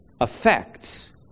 affects